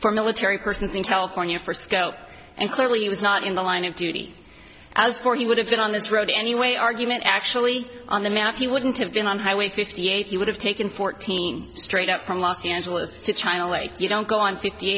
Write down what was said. for military persons in california for scope and clearly he was not in the line of duty as for he would have been on this road anyway argument actually on the map he wouldn't have been on highway fifty eight he would have taken fourteen straight up from los angeles to china lake you don't go on fifty